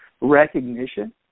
recognition